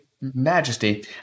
majesty